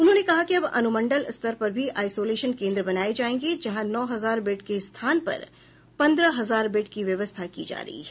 उन्होंने कहा कि अब अनुमंडल स्तर पर भी आईसोलेशन केन्द्र बनाये जायेंगे जहां नौ हजार बेड के स्थान पर पन्द्रह हजार बेड की व्यवस्था की जा रही है